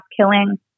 killing